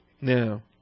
Now